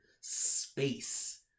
space